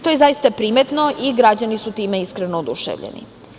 To je zaista primetno i građani su time iskreno oduševljeni.